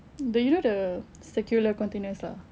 but have the circular containers lah